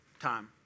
time